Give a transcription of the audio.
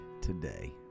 today